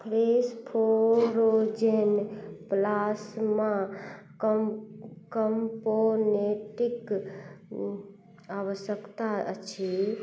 fresh frozen plasma कम कम्पोनेटिक आवश्यकता अछि